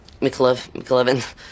McLovin